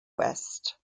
west